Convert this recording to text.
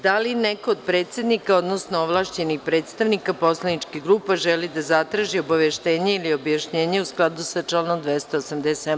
Da li neko od predsednika, odnosno ovlašćenih predstavnika poslaničkih grupa želi da zatraži obaveštenje ili objašnjenje, u skladu sa članom 287.